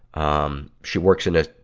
um, she works in a,